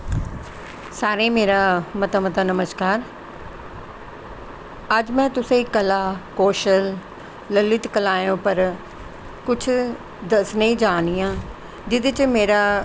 सारें गी मेरा मता मता नमश्कार अज्ज में तुसेंगी कला कोशल ललित कलाएं उप्पर कुछ दसने गी जा'रनी आं जेह्दे च मेरा